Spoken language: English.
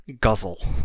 guzzle